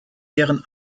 deren